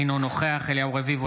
אינו נוכח אליהו רביבו,